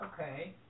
okay